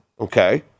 okay